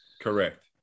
Correct